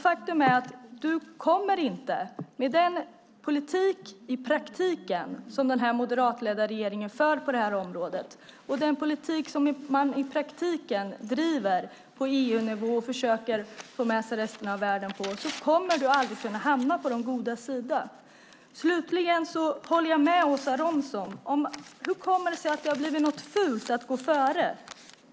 Miljöministern kommer aldrig med den politik som den moderatledda regeringen i praktiken för på området, och den politik som regeringen driver på EU-nivå och försöker få med sig resten av världen på, att hamna på de godas sida. Jag håller med Åsa Romsons fråga om hur det kommer sig att det har blivit fult att gå före.